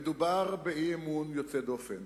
מדובר באי-אמון יוצא דופן.